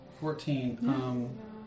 Fourteen